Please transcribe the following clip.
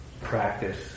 practice